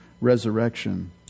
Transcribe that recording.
resurrection